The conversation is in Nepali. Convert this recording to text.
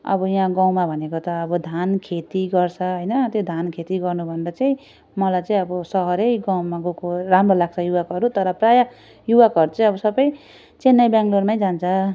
अब यहाँ गाउँमा भनेको त अब धान खेती गर्छ हैन त्यो धान खेती गर्नुभन्दा चाहिँ मलाई चहिँ अब सहरै गाउँमा गएको राम्रो लाग्छ युवकहरू तर प्रायः युवकहरू चाहिँ अब सबै चेन्नई बेङ्गलोरमै जान्छ